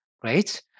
great